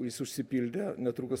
jis užsipildė netrukus